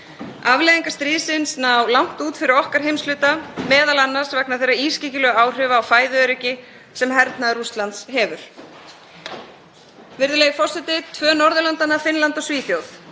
Afleiðingar stríðsins ná langt út fyrir okkar heimshluta, m.a. vegna þeirra ískyggilegu áhrifa á fæðuöryggi sem hernaðar Rússlands hefur. Virðulegur forseti. Tvö Norðurlandanna, Finnland og Svíþjóð,